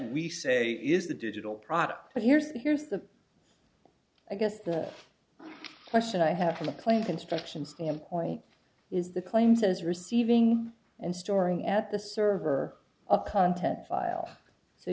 we say is the digital product but here's the here's the i guess the question i have from a plane construction standpoint is the claim says receiving and storing at the server a content file so